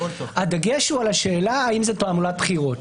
הדגש הוא על השאלה האם זו תעמולת בחירות,